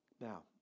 Now